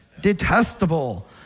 Detestable